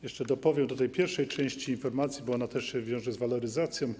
Jeszcze dopowiem do tej pierwszej części informacji, bo ona też się wiąże z waloryzacją.